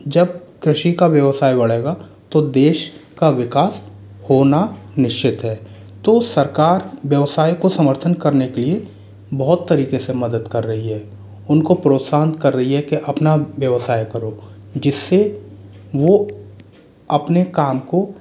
जब कृषि का व्यवसाय बढ़ेगा तो देश का विकास होना निश्चित है तो सरकार व्यवसाय का समर्थन करने के लिए बहुत तरीके से मदद कर रही है उनको प्रोत्साहन कर रही है कि अपना व्यवसाय करो जिससे वो अपने काम को